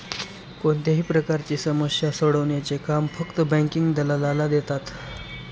कोणत्याही प्रकारची समस्या सोडवण्याचे काम फक्त बँकिंग दलालाला देतात